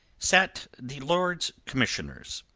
sat the lords commissioners,